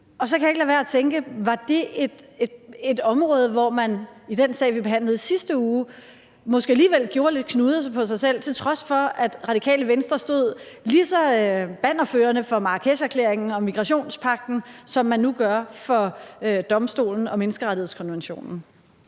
Så kan jeg ikke lade være at tænke: Var det et område, hvor man i den sag, vi behandlede i sidste uge, måske alligevel gjorde lidt knuder på sig selv, til trods for at Radikale Venstre stod lige så bannerførende for Marrakesherklæringen og migrationspagten, som man nu gør for domstolen og menneskerettighedskonventionen?